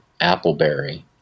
appleberry